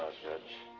judge.